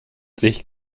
sich